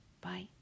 Bye